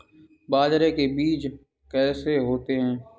बाजरे के बीज कैसे होते हैं?